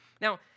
Now